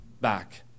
Back